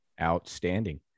Outstanding